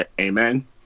Amen